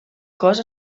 cos